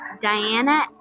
Diana